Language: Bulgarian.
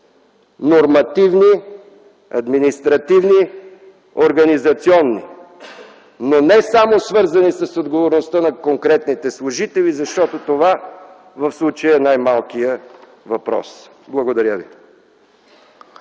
нормативни, административни, организационни, но не само свързани с отговорността на конкретните служители, защото това в случая е най-малкият въпрос. Благодаря ви.